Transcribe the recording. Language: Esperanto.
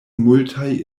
multaj